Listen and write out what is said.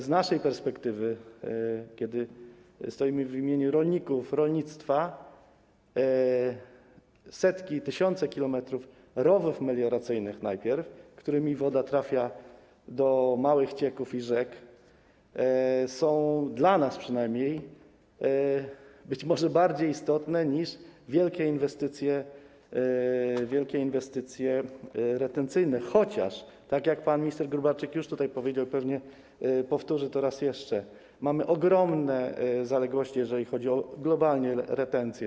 Z naszej perspektywy, z punktu widzenia rolników, rolnictwa, setki, tysiące kilometrów rowów melioracyjnych, którymi woda trafia do małych cieków i rzek, są, dla nas przynajmniej, być może bardziej istotne niż wielkie inwestycje retencyjne, chociaż, tak jak pan minister Gróbarczyk już tutaj powiedział, pewnie powtórzy to raz jeszcze, mamy ogromne zaległości, jeżeli chodzi globalnie o retencję.